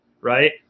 right